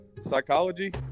psychology